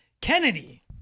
Kennedy